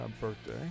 birthday